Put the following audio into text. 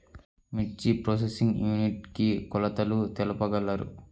మిర్చి processing unit కి కొలతలు తెలుపగలరు?